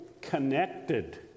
connected